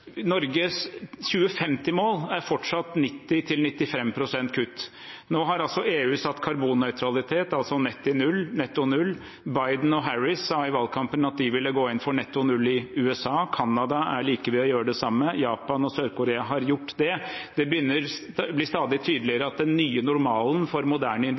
Norges 2050-mål er fortsatt 90–95 pst. kutt. Nå har EU satt karbonnøytralitet, altså netto null. Biden og Harris sa i valgkampen at de ville gå inn for netto null i USA. Canada er like ved å gjøre det samme. Japan og Sør-Korea har gjort det. Det blir stadig tydeligere at den nye normalen for moderne